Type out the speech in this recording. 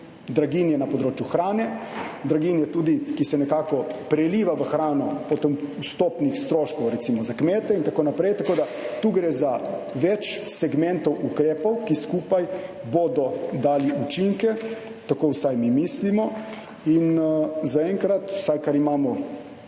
draginje hrane, draginje, ki se nekako preliva v hrano, potem vstopnih stroškov, recimo za kmete in tako naprej. Tako da tu gre za več segmentov ukrepov, ki bodo skupaj dali učinke, tako vsaj mi mislimo, in zaenkrat, vsaj kar imamo